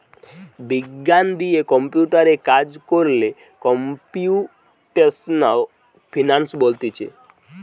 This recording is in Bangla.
বিজ্ঞান দিয়ে কম্পিউটারে কাজ কোরলে কম্পিউটেশনাল ফিনান্স বলতিছে